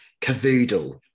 Cavoodle